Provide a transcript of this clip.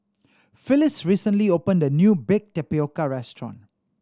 Phyliss recently opened a new baked tapioca restaurant